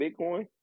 Bitcoin